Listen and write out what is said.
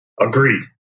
Agreed